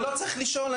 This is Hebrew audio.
אני לא צריך לשאול,